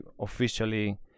officially